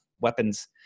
weapons